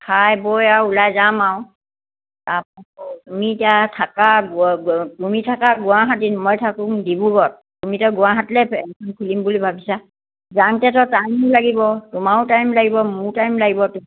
খাই বৈ আও ওলাই যাম আৰু তুমি এতিয়া থাকা তুমি থাকা গুৱাহাটীত মই থাকোঁ ডিব্ৰুগড়ত তুমি এয়া খুলিম বুলি ভাবিছা যাওঁতেতো টাইমো লাগিব তোমাৰো টাইম লাগিব মোৰো টাইম লাগিব